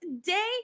day